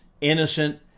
innocent